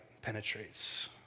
penetrates